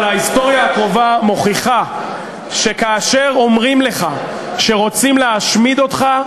אבל ההיסטוריה הקרובה מוכיחה שכאשר אומרים לך שרוצים להשמיד אותך,